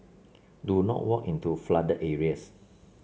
do not walk into flooded areas